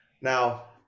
Now